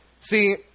See